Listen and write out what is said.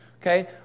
Okay